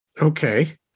okay